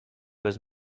was